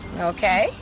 Okay